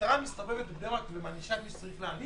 כשהמשטרה מסתובבת בבני ברק ומענישה את מי שצריך להעניש,